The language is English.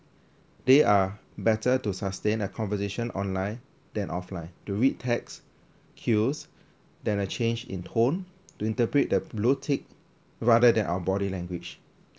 they are better to sustain a conversation online than offline to read texts cues than a change in tone to interpret the blue tick rather than our body language